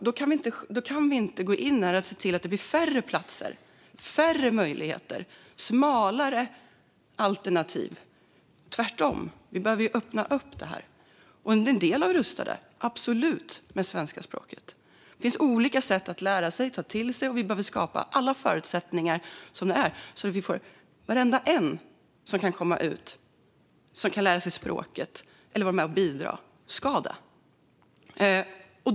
Då kan vi inte gå in och se till att det blir färre platser, färre möjligheter och smalare alternativ. Tvärtom - vi behöver öppna upp det här. En del av detta är att rusta människor med det svenska språket. Det finns olika sätt att lära sig och ta till sig. Vi behöver skapa alla förutsättningar som går att skapa. Varenda människa som kan komma ut och lära sig språket eller vara med och bidra ska göra det.